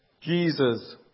Jesus